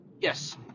Yes